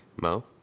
Mo